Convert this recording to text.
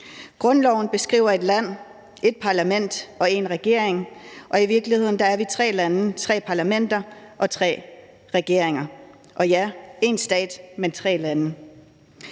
Grundloven beskriver ét land, ét parlament og én regering, og i virkeligheden er vi tre lande, tre parlamenter og tre regeringer. Og ja, én stat, men tre lande.